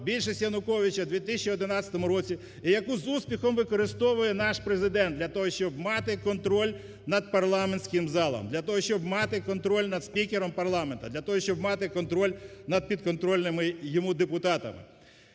більшість Януковича в 2011 році, і яку з успіхом використовує наш Президент для того, щоб мати контроль над парламентським залом, для того, щоб мати контроль над спікером парламенту, для того, щоб мати контроль над підконтрольними йому депутатами.